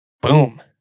Boom